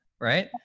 right